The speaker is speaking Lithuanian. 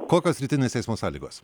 kokios rytinės eismo sąlygos